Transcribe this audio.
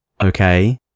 okay